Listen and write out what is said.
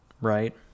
Right